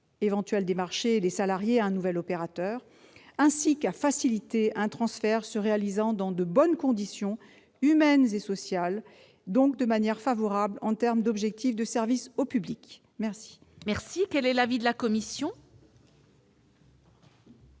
éventuels des marchés et des salariés à un nouvel opérateur, ainsi que de faciliter un transfert se réalisant dans de bonnes conditions humaines et sociales, donc de manière favorable en termes d'objectifs de service au public. Quel est l'avis de la commission ?